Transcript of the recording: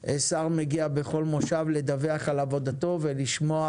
שר מגיע בכל מושב לדווח על עבודתו ולשמוע